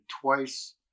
twice